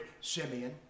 Simeon